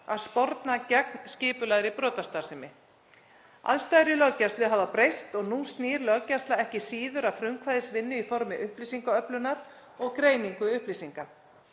að sporna gegn skipulagðri brotastarfsemi. Aðstæður í löggæslu hafa breyst og nú snýr löggæsla ekki síður að frumkvæðisvinnu í formi upplýsingaöflunar og greiningar upplýsinga.